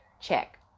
check